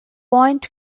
point